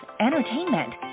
entertainment